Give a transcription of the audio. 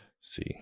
See